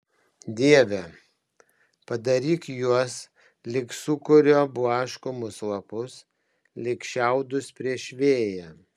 dieve padaryk juos lyg sūkurio blaškomus lapus lyg šiaudus prieš vėją